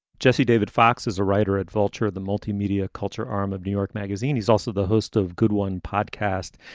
jesse david fox is a writer at vulture, the multimedia culture arm of new york magazine. he's also the host of good one podcast.